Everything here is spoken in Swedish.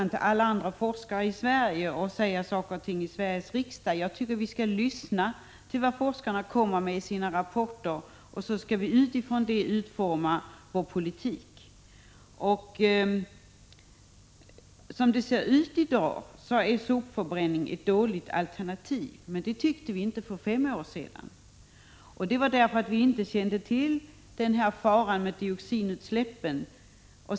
Jag vill inte stå här i riksdagen och uttala mig som något slags orakel, utan jag tycker att vi skall lyssna på vad forskarna säger i sina rapporter och utforma vår politik med utgångspunkt i detta. Som det ser ut i dag är sopförbränning ett dåligt alternativ, men det tyckte vi inte för fem år sedan, eftersom vi då inte kände till faran med dioxinutsläppen.